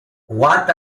what